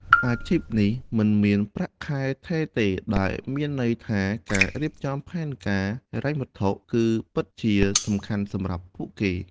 អាជីពនេះមិនមានប្រាក់ខែថេរទេ ដែលមានន័យថាការរៀបចំផែនការហិរញ្ញវត្ថុគឺពិតជាសំខាន់សម្រាប់ពួកគេ។